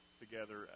together